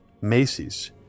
Macy's